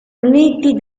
uniti